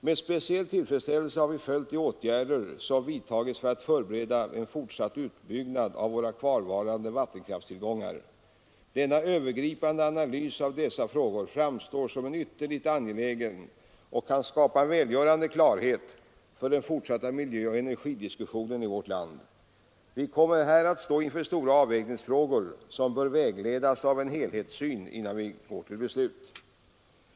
Med speciell tillfredsställelse har vi följt de åtgärder som vidtagits för att förbereda en fortsatt utbyggnad av våra kvarvarande vattenkrafttillgångar. Denna övergripande analys av dessa frågor framstår som ytterligt angelägen och kan skapa en välgörande klarhet för den fortsatta miljöoch energidiskussionen i vårt land. Vi kommer här att stå inför stora avvägningsfrågor och bör vägledas av en helhetssyn innan vi går till beslut.